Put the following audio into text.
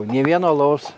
ne vieno alaus